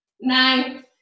nine